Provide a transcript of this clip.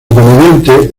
comediante